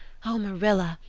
oh, marilla,